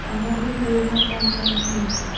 सामाजिक योजना कौन कौन सी हैं?